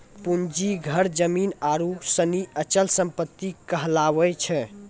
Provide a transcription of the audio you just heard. पूंजी घर जमीन आरु सनी अचल सम्पत्ति कहलावै छै